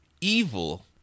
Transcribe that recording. Evil